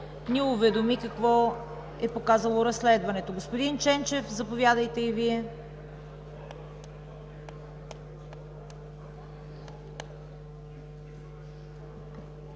ни уведоми какво е показало разследването. Господин Ченчев, заповядайте и Вие.